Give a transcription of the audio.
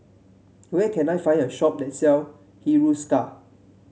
where can I find a shop that sell Hiruscar